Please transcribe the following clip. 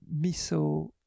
miso